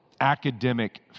academic